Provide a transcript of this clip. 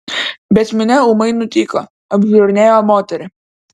bet minia ūmai nutyko apžiūrinėjo moterį